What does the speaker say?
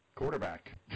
Quarterback